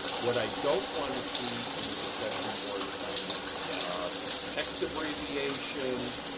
what i don't want to see in the discussion board assignments yeah are text abbreviations,